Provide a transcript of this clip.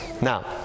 Now